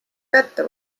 kätte